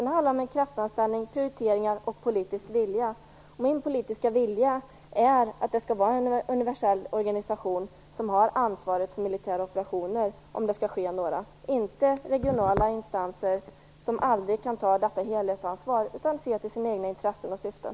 Det handlar om en kraftanspänning, prioriteringar och politisk vilja. Min politiska vilja är att det skall vara en universell organisation, som har ansvaret för militära operationer, om det skall ske några. Det skall inte vara regionala instanser, som aldrig kan ta detta helhetsansvar utan bara ser till egna insatser och syften.